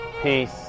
peace